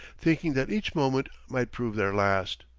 thinking that each moment might prove their last.